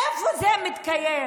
איפה זה מתקיים?